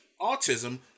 autism